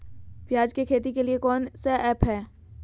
प्याज के खेती के लिए कौन ऐप हाय?